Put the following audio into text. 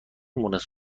مونس